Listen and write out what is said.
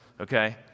okay